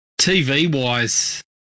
TV-wise